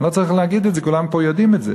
לא צריך להגיד את זה, כולם פה יודעים את זה.